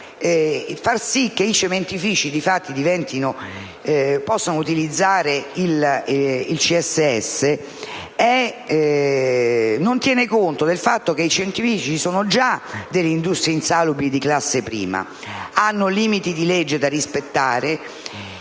che i cementifici, di fatto, possano utilizzare il CSS non tiene conto del fatto che gli stessi sono già delle industrie insalubri di classe prima, che hanno limiti di legge da rispettare,